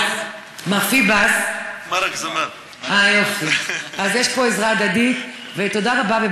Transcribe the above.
אה, יופי, אז יש פה עזרה הדדית, תודה רבה.